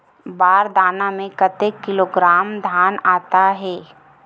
बार दाना में कतेक किलोग्राम धान आता हे?